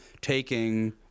taking